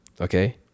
okay